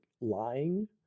lying